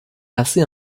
assez